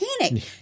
panic